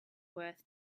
worth